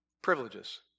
privileges